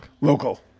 local